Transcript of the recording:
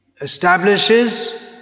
establishes